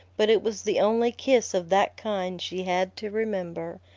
but it was the only kiss of that kind she had to remember.